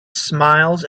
smiles